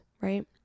right